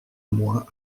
moi